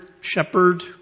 shepherd